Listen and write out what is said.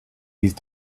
these